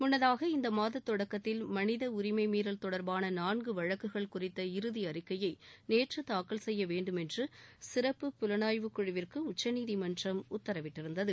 முன்னதாக இந்த மாத தொடக்கத்தில் மளித உரிமை மீறல் தொடர்பான நான்கு வழக்குகள் குறித்த இறுதி அறிக்கையை நேற்று தாக்கல் செய்ய வேண்டும் என்று சிறப்பு புலனாய்வு குழுவிற்கு உச்சநீதிமன்றம் உத்தரவிட்டிருந்தது